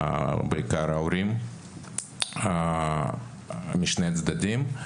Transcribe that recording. בעיקר ההורים משני הצדדים.